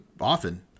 often